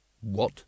What